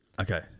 okay